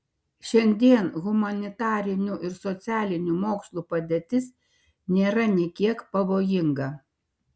šiandien humanitarinių ir socialinių mokslų padėtis nėra nė kiek pavojinga